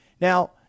now